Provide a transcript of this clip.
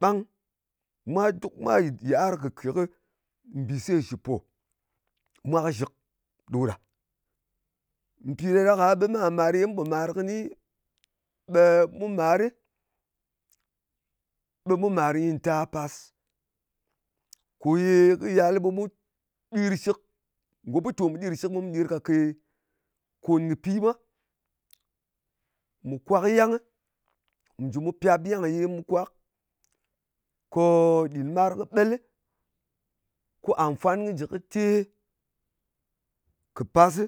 Ɓang. Mwa duk mwa yɨt yɨar kɨ kè kɨ mbìse shɨ pò mwa kɨshɨk ɗo ɗa. Mpì ɗa ɗak-a ɓe mar-mar ye mu pò màr kɨni, ɓe mu mari, ɓe mu màr nyɨ tar pas. Kò yè kɨ yal ɓe mu ɗir shɨk. Ngò butòm kɨ ɗɨr kɨ shɨk, ɓe mu ɗom kake kòn kɨ pi mwa. Mù kwak yangɨ, mù jɨ mu pyap yang ye mu kwak, ko din mar kɨ ɓeli, ko àm fwan kɨ jɨ kɨ te, kɨ̀ pasɨ